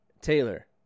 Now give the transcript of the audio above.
Taylor